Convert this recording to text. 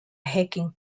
hacking